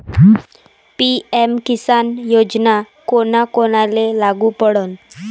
PM Kisan योजना कोना कोनाले लागू पडन?